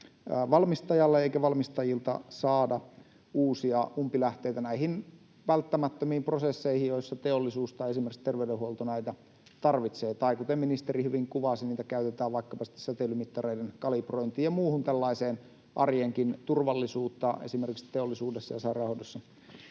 eikä valmistajilta saada uusia umpilähteitä näihin välttämättömiin prosesseihin, joissa teollisuus ja esimerkiksi terveydenhuolto näitä tarvitsevat. Tai kuten ministeri hyvin kuvasi, niitä käytetään vaikkapa sitten säteilymittareiden kalibrointiin ja muuhun tällaiseen arjenkin turvallisuutta esimerkiksi teollisuudessa ja sairaanhoidossa